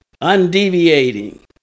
undeviating